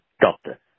Doctor